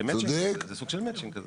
זה סוג של מצ'ינג.